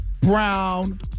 Brown